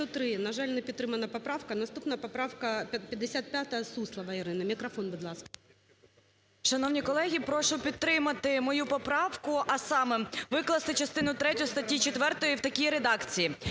Шановні колеги, прошу підтримати мою поправку, а саме викласти частину третю статті 4 в такій редакції: